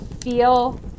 feel